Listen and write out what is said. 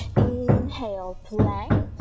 inhale, plank